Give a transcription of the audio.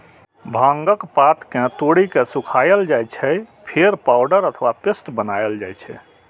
भांगक पात कें तोड़ि के सुखाएल जाइ छै, फेर पाउडर अथवा पेस्ट बनाएल जाइ छै